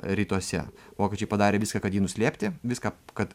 rytuose vokiečiai padarė viską kad jį nuslėpti viską kad